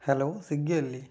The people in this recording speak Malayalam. ഹലോ സ്വിഗ്ഗി അല്ലേ